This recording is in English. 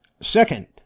second